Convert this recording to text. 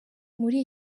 muri